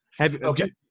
Okay